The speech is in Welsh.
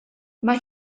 mae